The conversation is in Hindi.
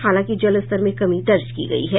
हालांकि जलस्तर में कमी दर्ज की गयी है